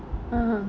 (uh huh)